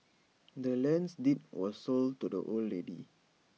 the land's deed was sold to the old lady